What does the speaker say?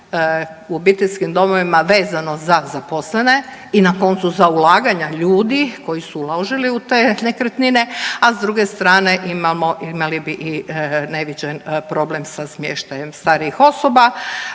u obiteljskim domovima vezano za zaposlene i na koncu za ulaganja ljudi koji su uložili u te nekretnine, a s druge strane imali bi i neviđen problem sa smještajem starijih osoba.